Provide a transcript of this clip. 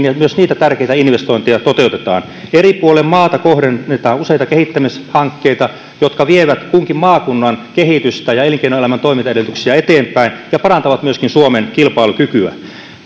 ja myös niitä tärkeitä investointeja toteutetaan eri puolille maata kohdennetaan useita kehittämishankkeita jotka vievät kunkin maakunnan kehitystä ja elinkeinoelämän toimintaedellytyksiä eteenpäin ja parantavat myöskin suomen kilpailukykyä